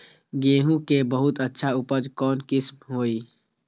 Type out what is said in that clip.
गेंहू के बहुत अच्छा उपज कौन किस्म होई?